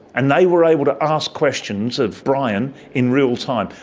and they were able to ask questions of brian in real time.